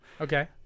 Okay